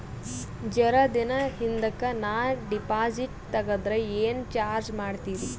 ಜರ ದಿನ ಹಿಂದಕ ನಾ ಡಿಪಾಜಿಟ್ ತಗದ್ರ ಏನ ಚಾರ್ಜ ಮಾಡ್ತೀರಿ?